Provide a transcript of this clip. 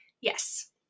Yes